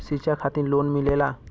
शिक्षा खातिन लोन मिलेला?